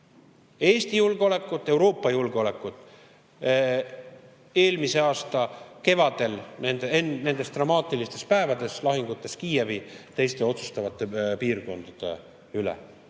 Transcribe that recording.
Eesti julgeolekut, Euroopa julgeolekut eelmise aasta kevadel nendel dramaatilistel päevadel lahingutes Kiievi, teiste otsustavate piirkondade